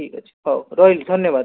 ଠିକ୍ ଅଛି ହଉ ରହିଲି ଧନ୍ୟବାଦ